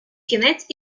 кінець